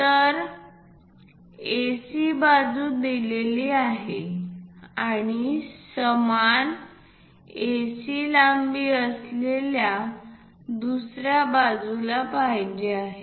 तर AC बाजू दिलेली आहे आणि समान AC लांबी आपल्याला दुसऱ्या बाजूला पाहिजे आहे